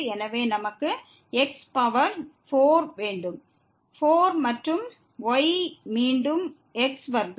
எனவே நமக்கு x power 4 வேண்டும் 4 மற்றும் y மீண்டும் x வர்க்கம்